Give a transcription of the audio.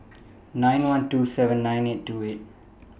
nine one two seven nine eight two eight